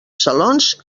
salons